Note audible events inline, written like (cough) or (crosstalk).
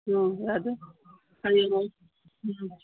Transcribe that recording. ꯎꯝ ꯌꯥꯗꯦ (unintelligible) ꯎꯝ